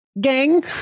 gang